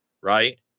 right